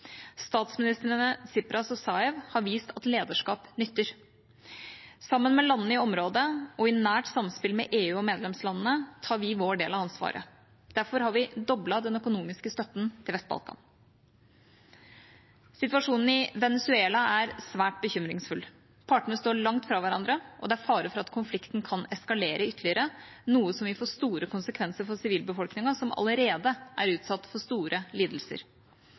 Statsministrene Tsipras og Zaev har vist at lederskap nytter. Sammen med landene i området og i nært samspill med EU og medlemslandene tar vi vår del av ansvaret. Derfor har vi doblet den økonomiske støtten til Vest-Balkan. Situasjonen i Venezuela er svært bekymringsfull. Partene står langt fra hverandre, og det er fare for at konflikten kan eskalere ytterligere, noe som vil få store konsekvenser for sivilbefolkningen, som allerede er utsatt for store lidelser.